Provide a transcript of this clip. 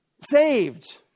saved